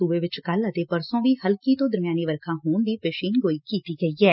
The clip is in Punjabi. ਸੁਬੇ ਚ ਕੱਲ਼ ਅਤੇ ਪਰਸੋ ਵੀ ਹਲਕੀ ਤੋ ਦਰਮਿਆਨੀ ਵਰਖਾ ਦੀ ਪੇਸ਼ੀਨਗੋਈ ਕੀਤੀ ਗਈ ੱਐ